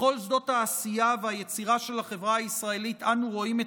בכל שדות העשייה והיצירה של החברה הישראלית אנו רואים את